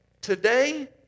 Today